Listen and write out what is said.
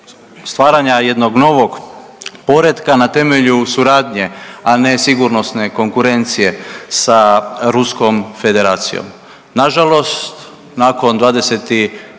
stvaranja jednog novog poretka na temelju suradnje, a ne sigurnosne konkurencije sa Ruskom Federacijom. Nažalost nakon 24.